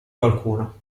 qualcuno